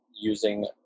using